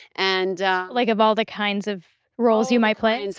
and like of all the kinds of roles you might play? and